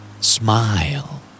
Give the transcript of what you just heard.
Smile